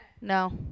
No